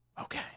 Okay